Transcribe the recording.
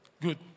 good